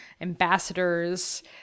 ambassadors